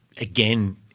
again